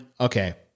okay